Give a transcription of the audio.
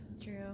True